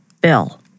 Bill